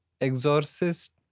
Exorcist